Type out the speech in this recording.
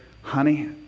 honey